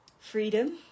freedom